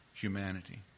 humanity